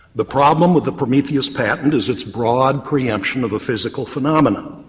the problem with the prometheus patent is its broad pre-emption of a physical phenomena,